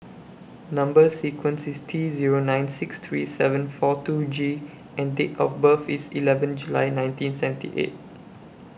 Number sequence IS T Zero nine six three seven four two G and Date of birth IS eleven July nineteen seventy eight